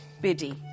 Biddy